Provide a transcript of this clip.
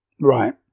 Right